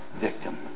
victim